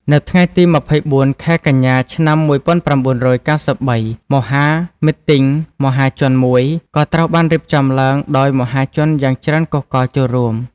នៅថ្ងៃទី២៤ ខែកញ្ញា ឆ្នាំ១៩៩៣ មហាមិទិ្ទងមហាជនមួយ ក៏ត្រូវបានរៀបចំឡើងដោយ មានមហាជនយ៉ាងច្រើនកុះករចូលរួម។